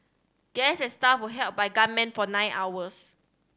guests and staff were held by gunmen for nine hours